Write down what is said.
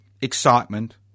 excitement